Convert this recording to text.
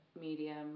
medium